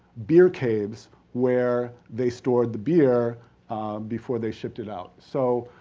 beer caves, where they stored the beer before they shipped it out. so,